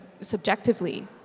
subjectively